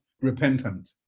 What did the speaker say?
repentant